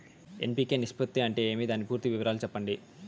NPK నిష్పత్తి అంటే ఏమి దాని పూర్తి వివరాలు సెప్పండి?